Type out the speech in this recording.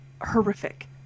horrific